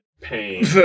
pain